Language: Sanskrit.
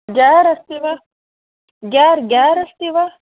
ग्येर् अस्ति वा ग्येर् ग्येर् अस्ति वा